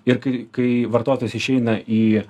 ir kai kai vartotojas išeina į